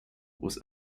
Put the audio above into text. was